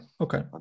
okay